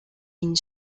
une